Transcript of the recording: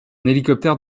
hélicoptère